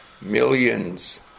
millions